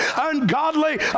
ungodly